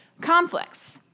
conflicts